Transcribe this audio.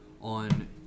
on